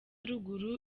ruguru